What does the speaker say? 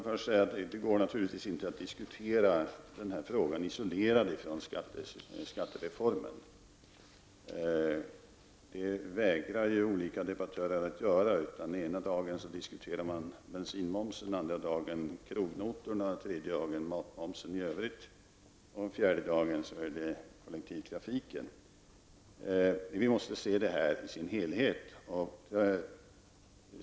Herr talman! Det går naturligtvis inte att diskutera denna fråga isolerat från den övriga skattereformen. Men det vägrar olika debattörer att inse. Ena dagen vill man diskutera bensinmomsen, andra dagen krognotorna, tredje dagen matmomsen i övrigt och den fjärde dagen gäller det kollektivtrafiken. Vi måste se detta i sin helhet.